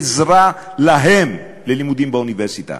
עזרה ללימודים באוניברסיטה,